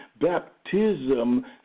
Baptism